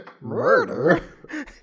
Murder